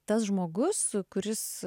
tas žmogus kuris